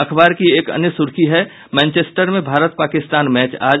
अखबार की एक अन्य सुर्खी है मैनचेस्टर में भारत पाकिस्तान मैच आज